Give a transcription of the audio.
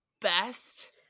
best